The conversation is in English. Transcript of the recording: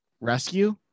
rescue